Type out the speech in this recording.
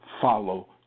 follow